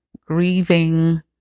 grieving